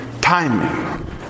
timing